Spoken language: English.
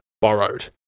borrowed